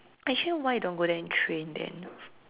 actually why you don't want go there and train then